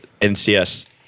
NCS